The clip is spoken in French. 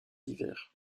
divers